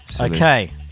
Okay